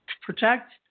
protect